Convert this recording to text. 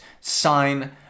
sign